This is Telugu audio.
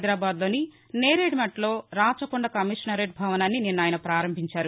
హైదరాబాద్లోని నేరెడ్మెట్లో రాచకొండ కమిషనరేట్ భవనాన్ని నిన్న ఆయన ప్రారంభించారు